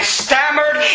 stammered